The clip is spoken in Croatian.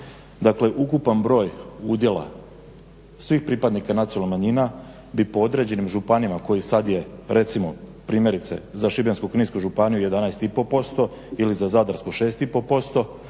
dakle ukupan broj udjela svih pripadnika nacionalnih manjina bi po određenim županijama koji sada je recimo primjerice za Šibensko-kninsku županiju 11,5% ili za Zadarsku 6,5%